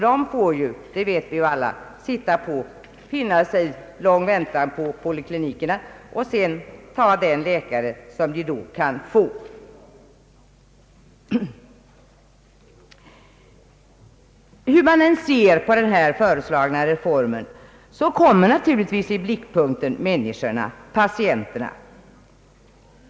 De får ju, som vi alla vet, finna sig i lång väntan på poliklinikerna och sedan ta den läkare de kan få. Hur man än ser på den här föreslagna reformen kommer naturligtvis människorna, patienterna, i blickpunkten.